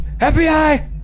FBI